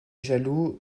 jaloux